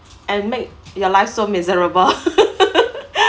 and make your life so miserable